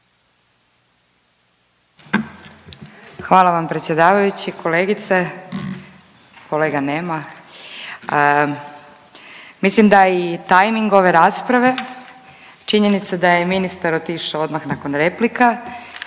Hvala vam predsjedavajući. Kolegice, kolega nema, mislim da je i tajming ove rasprave činjenica da je ministar otišao odmah nakon replika,